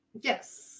Yes